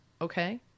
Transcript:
Okay